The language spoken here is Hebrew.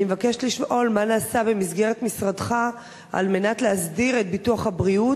אני מבקשת לשאול: מה נעשה במסגרת משרדך על מנת להסדיר את ביטוח הבריאות,